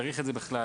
צריך את זה בכלל,